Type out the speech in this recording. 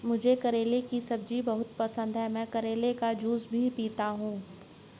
मुझे करेले की सब्जी बहुत पसंद है, मैं करेले का जूस भी पीता हूं